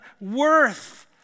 worth